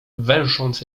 węsząc